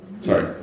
Sorry